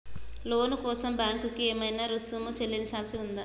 లోను కోసం బ్యాంక్ కి ఏమైనా రుసుము చెల్లించాల్సి ఉందా?